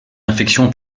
infection